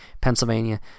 Pennsylvania